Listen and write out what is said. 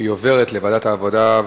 והיא עוברת לוועדת העבודה,